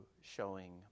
showing